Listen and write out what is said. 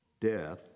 death